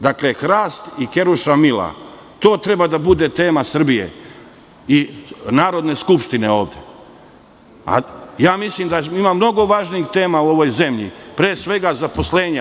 Dakle, hrast i keruša Mila, to treba da bude tema Srbije i Narodne skupštine ovde, a mislim da ima mnogo važnijih tema u ovoj zemlji, pre svega zaposlenje.